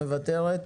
מוותרת.